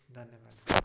ଧନ୍ୟବାଦ